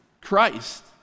Christ